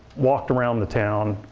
walked around the town,